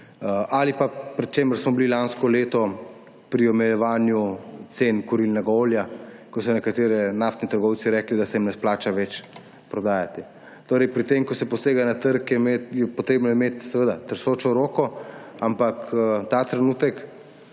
ali pa, pri čemer smo bili lansko leto pri omejevanju cen kurilnega olja, ko so nekateri naftni trgovci rekli, da se jim ne splača več prodajati. Ko se posega na trg, je treba imeti seveda tresočo roko, ampak ta trenutek